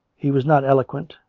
he was not eloquent,